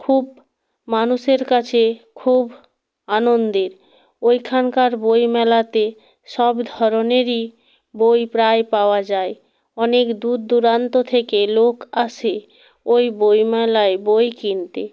খুব মানুষের কাছে খুব আনন্দের ওইখানকার বইমেলাতে সব ধরনেরই বই প্রায় পাওয়া যায় অনেক দূর দূরান্ত থেকে লোক আসে ওই বইমেলায় বই কিনতে